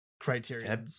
criteria